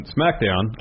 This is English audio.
SmackDown